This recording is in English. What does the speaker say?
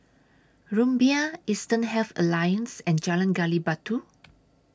Rumbia Eastern Health Alliance and Jalan Gali Batu